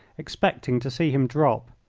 expecting to see him drop.